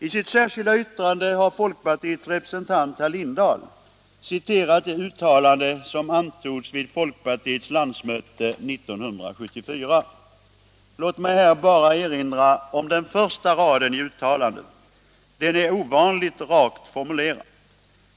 I sitt särskilda yttrande har folkpartiets representant, herr Lindahl i Hamburgsund, citerat det uttalande som antogs vid folkpartiets landsmöte år 1974. Låt mig här bara erinra om den första raden i uttalandet. Den är ovanligt rakt formulerad.